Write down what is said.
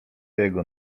jego